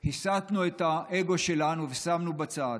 הסטנו את האגו שלנו ושמנו בצד,